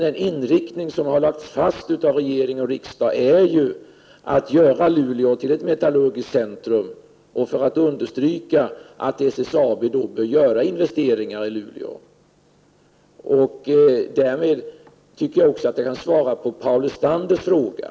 Den inriktning som regeringen och riksdagen har lagt fast är att Luleå skall göras till ett metallurgiskt centrum. Detta har gjorts för att understryka att SSAB bör göra investeringar i Luleå. Jag kan också svara på Paul Lestanders fråga.